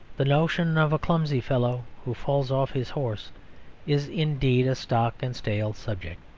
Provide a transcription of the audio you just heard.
the notion of a clumsy fellow who falls off his horse is indeed a stock and stale subject.